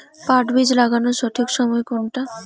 পাট বীজ লাগানোর সঠিক সময় কোনটা?